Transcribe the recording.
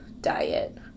diet